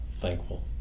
thankful